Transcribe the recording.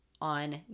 on